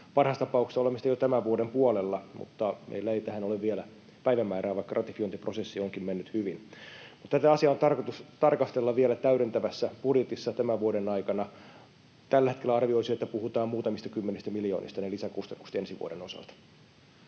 Parhaassa tapauksessa olemme sitä jo tämän vuoden puolella, mutta meillä ei tähän ole vielä päivämäärää, vaikka ratifiointiprosessi onkin mennyt hyvin. Tätä asiaa on tarkoitus tarkastella vielä täydentävässä budjetissa tämän vuoden aikana. Tällä hetkellä arvioisin, että puhutaan muutamista kymmenistä miljoonista niissä lisäkustannuksissa ensi vuoden osalta.